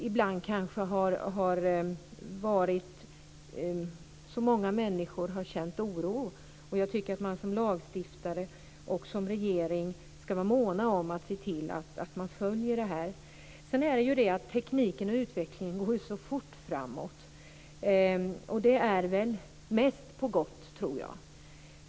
Ibland har många människor kanske känt oro. Jag tycker att riksdagen som lagstiftare och regeringen skall vara måna om att se till att frågan följs. Tekniken och utvecklingen går fort framåt. Det är mest på gott, tror jag.